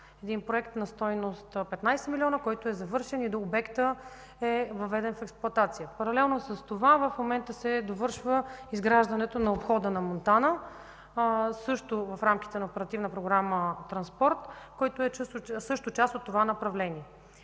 един проект на стойност 15 милиона, който е завършен и обектът е въведен в експлоатация. Паралелно с това в момента се довършва изграждането на обхода на Монтана – също в рамките на Оперативна програма „Транспорт”, който също е част от това направление.